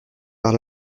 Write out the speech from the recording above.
par